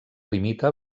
limita